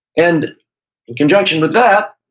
and in conjunction with that,